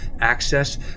access